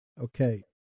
Okay